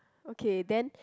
okay then